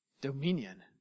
dominion